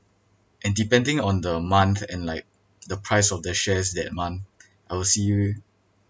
and depending on the month and like the price of the shares that month I will see